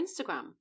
Instagram